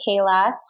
Kayla